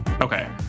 Okay